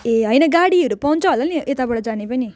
ए होइन गाडीहरू पाउँछ होला नि यताबाट जाने पनि